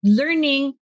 learning